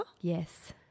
Yes